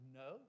no